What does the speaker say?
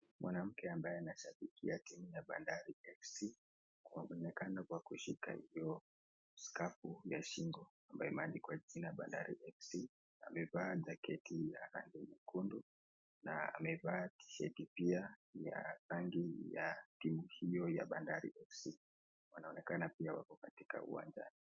Mwanamke ambaye anashabikia timu ya bandari fc anaonekana kwa kushika hiyo skafu ya shingo ambayo imeandikwa jina bandari fc,amevaa jaketi ya rangi nyekundu na amevaa tisheti pia ya rangi ya timu hiyo ya bandari fc,wanaonekana pia wako katika uwanjani.